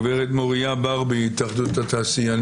הגב' מוריה ברבי, התאחדות התעשיינים.